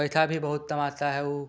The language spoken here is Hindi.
पैसा भी बहुत कमाता है वो